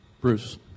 Bruce